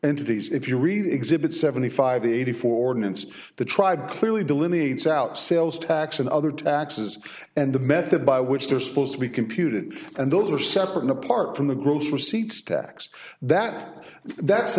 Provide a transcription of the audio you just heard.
entities if you read the exhibit seventy five eighty four didn't see the tried clearly delineates out sales tax and other taxes and the method by which they're supposed to be computed and those are separate and apart from the gross receipts tax that that's